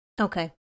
Okay